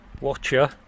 Watcher